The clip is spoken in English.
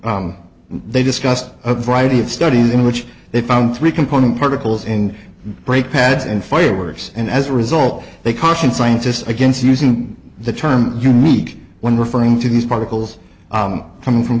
did they discussed a variety of studies in which they found three component particles and brake pads and fireworks and as a result they cautioned scientists against using the term unique when referring to these particles come from